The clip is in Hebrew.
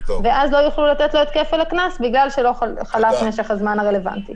ואז לא יוכלו לתת לו את כפל הקנס בגלל שלא חלף משך הזמן הרלוונטי.